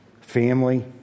Family